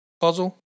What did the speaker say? puzzle